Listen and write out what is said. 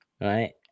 Right